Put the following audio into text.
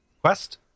quest